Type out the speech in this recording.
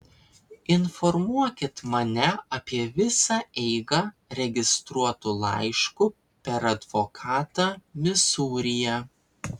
informuokit mane apie visą eigą registruotu laišku per advokatą misūryje